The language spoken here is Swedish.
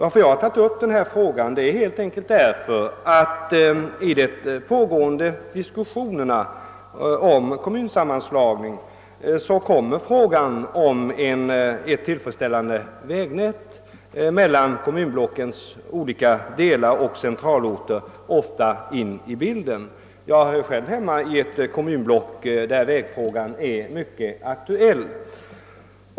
Orsaken till att jag tar upp detta problem är helt enkelt att i de pågående diskussionerna om kommunsamman slagningar kommer frågan om ett tillfredsställande vägnät mellan kommunblockens olika delar och centralorter ofta med i bilden. Jag hör själv hemma i ett kommunblock där vägfrågan är mycket aktuell.